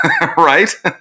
right